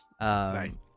Nice